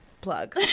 plug